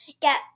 Get